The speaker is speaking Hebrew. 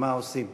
ומה עושים,